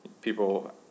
people